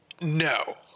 No